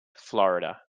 florida